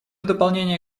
дополнение